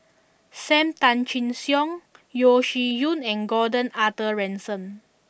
Sam Tan Chin Siong Yeo Shih Yun and Gordon Arthur Ransome